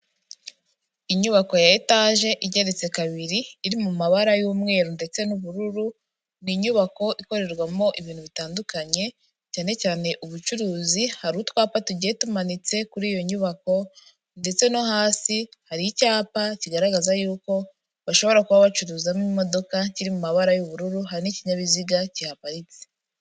Inyubako ya etaje igeretse kabiri iri mu mabara y'umweru ndetse n'ubururu ni inyubako ikorerwamo ibintu bitandukanye cyane cyane ubucuruzi hari utwapa tugiye tumanitse kuri iyo nyubako ndetse no hasi hari icyapa kigaragaza yuko bashobora kuba bacuruzamo imodoka kiri mu mabara y'ubururu hari n'ikinyabiziga kihaparitse.